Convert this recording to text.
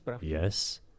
Yes